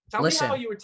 Listen